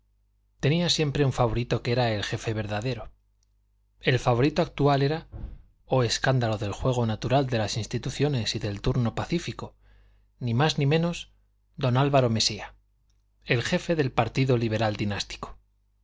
tenía siempre un favorito que era el jefe verdadero el favorito actual era oh escándalo del juego natural de las instituciones y del turno pacífico ni más ni menos don álvaro mesía el jefe del partido liberal dinástico